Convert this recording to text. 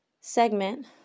segment